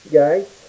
guys